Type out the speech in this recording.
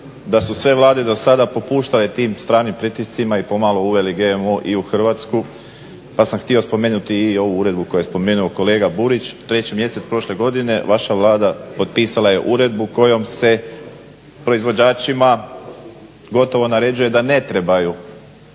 da su sve Vlade do sada popuštale tim stranim pritiscima i pomalo uveli GMO i u Hrvatsku, pa sam htio spomenuti i ovu uredbu koju je spomenuo kolega Burić, treći mjesec prošle godine vaša Vlada potpisala je uredbu kojom se proizvođačima gotovo naređuje da ne trebaju